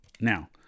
Now